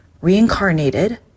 reincarnated